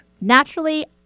Naturally